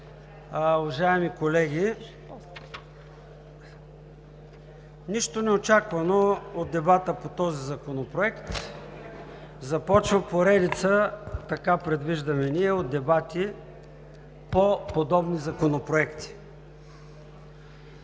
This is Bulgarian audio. уважаеми колеги! Нищо неочаквано от дебата по този законопроект, започва поредица – така предвиждаме ние, от дебати по подобни законопроекти.